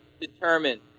determined